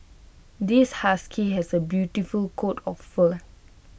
this husky has A beautiful coat of fur